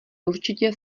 určitě